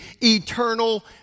eternal